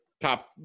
top